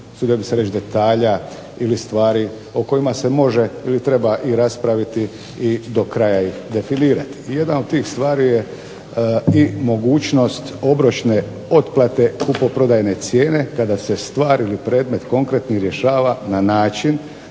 usudio bih se reći detalja ili stvari o kojima se može ili treba i raspraviti i do kraja ih definirati. Jedna od tih stvari je i mogućnost obročne otplate kupoprodajne cijene kada se stvar ili predmet konkretni rješava na način